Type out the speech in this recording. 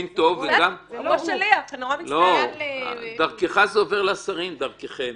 דרכך זה עובר לשרים, דרככם.